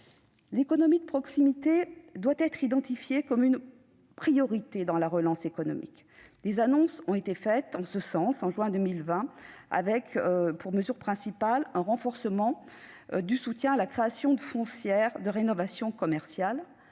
L'économie de proximité doit être identifiée comme une priorité dans le cadre de la relance économique. Des annonces ont été faites en ce sens en juin 2020 avec, comme mesure principale, un renforcement du soutien à la création de foncières de rénovation commerciale.